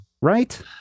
Right